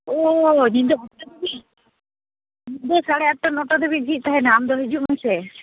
ᱚᱸᱻ ᱧᱤᱫᱟᱹ ᱟᱴᱟ ᱫᱷᱟᱵᱤᱡ ᱧᱤᱫᱟᱹ ᱥᱟᱲᱮ ᱟᱴᱟ ᱱᱚᱴᱟ ᱫᱷᱟᱹᱵᱤᱡ ᱡᱷᱤᱡ ᱛᱟᱦᱮᱱᱟ ᱟᱢ ᱫᱚ ᱦᱤᱡᱩᱜ ᱢᱮᱥᱮ